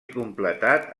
completat